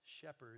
Shepherds